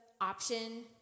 option